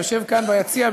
יושב כאן ביציע,